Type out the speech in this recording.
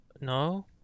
No